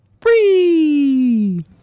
Free